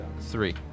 Three